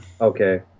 Okay